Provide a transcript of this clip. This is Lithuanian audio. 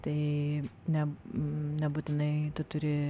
tai ne nebūtinai tu turi